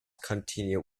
continued